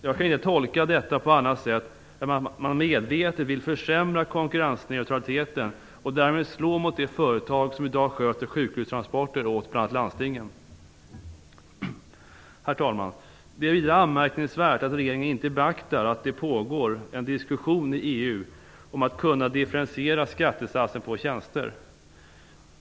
Jag kan inte tolka detta på annat sätt än att man medvetet vill försämra konkurrensneutralitetn och därmed slå mot de företag som i dag sköter sjukhustransporter åt bl.a. landstingen. Herr talman! Det är vidare anmärkningsvärt att regeringen inte beaktat att det pågår en diskussion i EU om att kunna differentiera skattesatsen på tjänster.